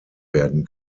werden